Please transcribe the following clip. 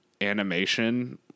animation